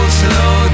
slow